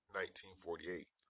1948